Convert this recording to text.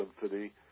symphony